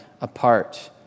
apart